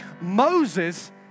Moses